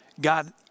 God